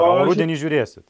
rudenį žiūrėsit